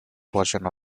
version